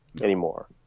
anymore